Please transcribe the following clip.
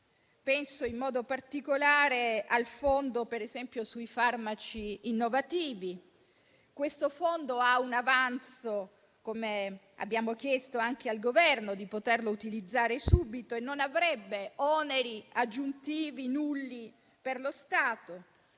Penso in modo particolare al Fondo sui farmaci innovativi, che ha un avanzo che abbiamo chiesto anche al Governo di poter utilizzare subito, non avrebbe oneri aggiuntivi per lo Stato